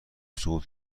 سقوط